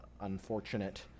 unfortunate